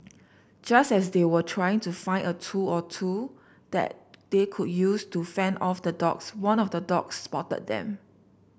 just as they were trying to find a tool or two that they could use to fend off the dogs one of the dogs spotted them